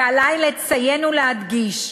ועלי לציין ולהדגיש,